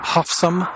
Hoffsum